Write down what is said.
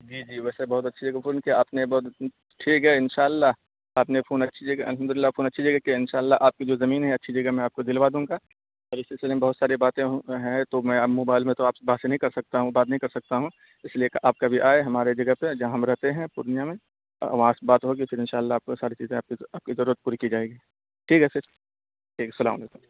جی جی ویسے بہت اچھی جگہ فون کیا آپ نے بہت ٹھیک ہے انشاء اللہ آپ نے فون اچھی جگہ الحمد اللہ فون اچھی جگہ کیا انشاء اللہ آپ کی جو زمین ہے اچھی جگہ میں آپ کو دلوا دوں گا تو اس سلسلے میں بہت ساری باتیں ہیں تو میں اب موبائل میں تو آپ سے باتیں نہیں کر سکتا ہوں بات نہیں کر سکتا ہوں اس لیے کہ آپ کبھی آئے ہماری جگہ پہ جہاں ہم رہتے ہیں پورنیہ میں وہاں سے بات ہوگی پھر انشاء اللہ آپ کو ساری چیزیں آپ کی آپ کی ضرورت پوری کی جائے گی ٹھیک ہے پھر ٹھیک ہے السّلام علیکم